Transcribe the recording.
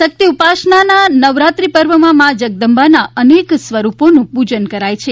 શક્તિ ઉપાસનાના નવરાત્રિ પર્વમાં મા જગદંબાના અનેક સ્વરૂપોનું પૂજન કરાય છે